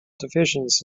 divisions